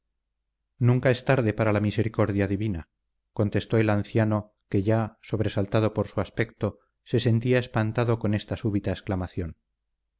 nunca es tarde para la misericordia divina contestó el anciano que ya sobresaltado por su aspecto se sentía espantado con esta súbita exclamación